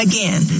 Again